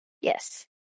Yes